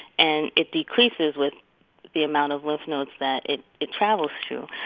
and it decreases with the amount of lymph nodes that it it travels to.